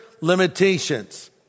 limitations